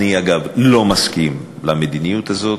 אגב, אני לא מסכים למדיניות הזאת.